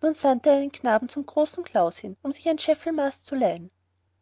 einen knaben zum großen klaus hin um sich ein scheffelmaß zu leihen